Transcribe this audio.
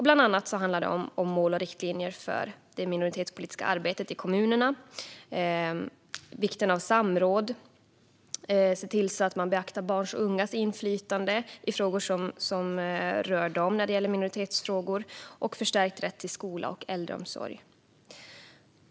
Bland annat handlar det om det politiska arbetet i kommunerna, om vikten av samråd, om att beakta barns och ungas inflytande i minoritetsfrågor som rör dem och om förstärkt rätt till skola och äldreomsorg.